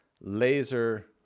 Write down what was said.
laser